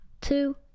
two